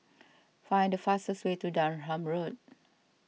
find the fastest way to Durham Road